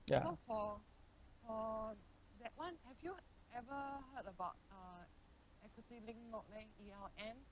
ya